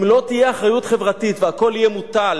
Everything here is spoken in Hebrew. אם לא תהיה אחריות חברתית והכול יהיה מוטל